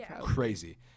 crazy